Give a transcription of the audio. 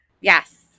Yes